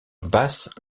basse